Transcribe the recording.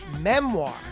memoir